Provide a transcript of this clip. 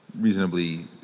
reasonably